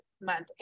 month